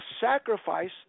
sacrifice